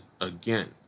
again